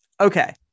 Okay